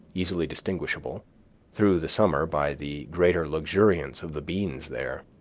easily distinguishable through the summer by the greater luxuriance of the beans there.